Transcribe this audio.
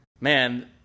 Man